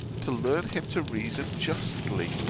to learn him to reason justly,